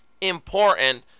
important